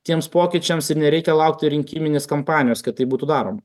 tiems pokyčiams ir nereikia laukti rinkiminės kampanijos kad tai būtų daroma